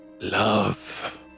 Love